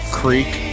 creek